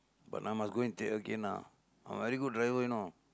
but now must go and take again ah I'm a very good driver you know